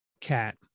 cat